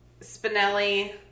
Spinelli